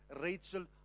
Rachel